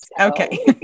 Okay